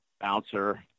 bouncer